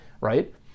right